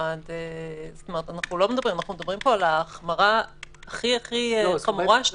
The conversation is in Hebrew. אנחנו מדברים על ההחמרה הכי חמורה שתהיה.